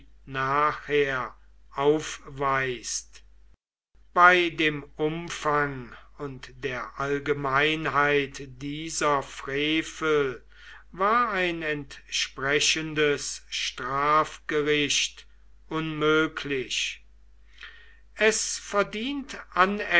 nachher aufweist bei dem umfang und der allgemeinheit dieser frevel war ein entsprechendes strafgericht unmöglich es verdient